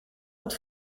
dat